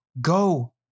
Go